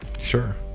Sure